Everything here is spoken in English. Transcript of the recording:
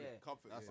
Comfort